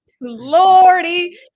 Lordy